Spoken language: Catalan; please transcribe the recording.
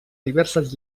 diverses